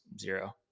zero